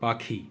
পাখি